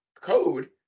code